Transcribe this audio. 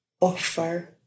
offer